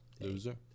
Loser